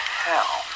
hell